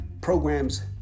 programs